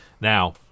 Now